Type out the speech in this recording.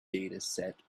dataset